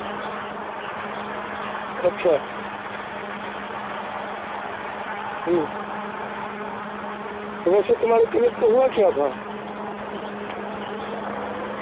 اچھا تو ویسے تمہاری طبعیت کو ہوا کیا تھا